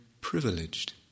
privileged